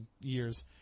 years